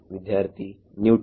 ವಿದ್ಯಾರ್ಥಿನ್ಯೂಟನ್